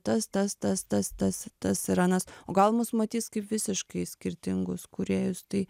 tas tas tas tas tas tas ir anas o gal mus matys kaip visiškai skirtingus kūrėjus tai